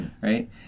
right